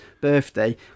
birthday